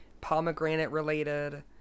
Pomegranate-related